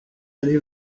allez